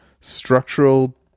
structural